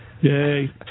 Yay